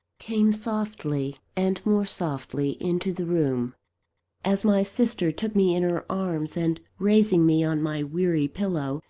came softly and more softly into the room as my sister took me in her arms, and raising me on my weary pillow,